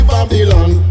Babylon